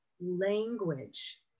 language